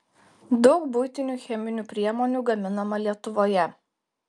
daug buitinių cheminių priemonių gaminama lietuvoje